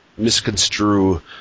Misconstrue